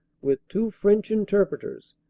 with two french interpreters,